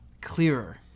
clearer